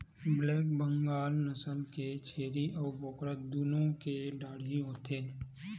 black Bengal नसल के छेरी अउ बोकरा दुनो के डाढ़ही होथे